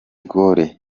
gaulle